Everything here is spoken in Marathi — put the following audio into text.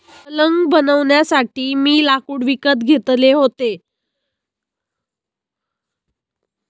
पलंग बनवण्यासाठी मी लाकूड विकत घेतले होते